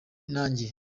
nanjye